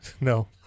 No